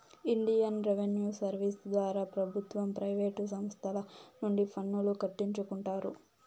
Indian revenue service ద్వారా ప్రభుత్వ private సంస్తల నుండి పన్నులు కట్టించుకుంటారు